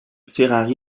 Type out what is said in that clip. ferrari